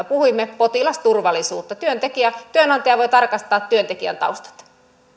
puhuimme potilasturvallisuutta kun työnantaja voi tarkastaa työntekijän taustat